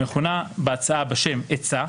המכונה בהצעה בשם "עצה",